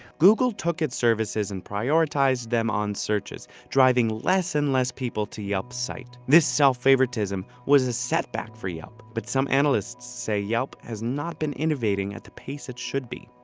google took its services and prioritized them on searches, driving less and less people to yelp site. this self-favoritism was a setback for yelp, but some analysts say yelp has not been innovating at the pace it should be.